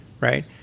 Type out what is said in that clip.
right